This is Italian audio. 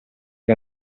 che